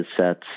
sets